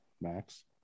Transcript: Max